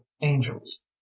angels